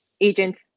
agents